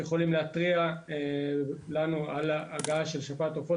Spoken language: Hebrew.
שיכולים להתריע לנו על הגעה של שפעת עופות